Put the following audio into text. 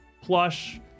plush